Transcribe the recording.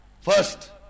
First